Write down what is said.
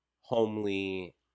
homely